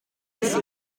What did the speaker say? dix